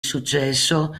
successo